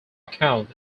account